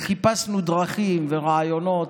חיפשנו דרכים ורעיונות.